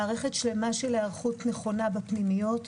מערכת שלמה של היערכות נכונה בפנימיות,